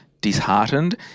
disheartened –